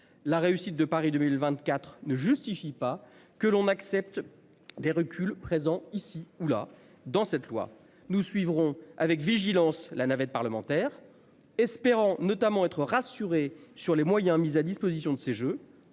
La réussite de Paris 2024 ne justifie pas que l'on accepte des reculs présents ici ou là, dans cette loi. Nous suivrons avec vigilance la navette parlementaire, espérant notamment être rassurés sur les moyens mis à disposition de ces jeux